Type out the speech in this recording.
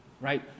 Right